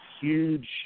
huge